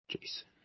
Jason